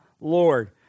Lord